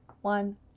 One